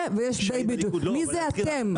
מי זה אתם?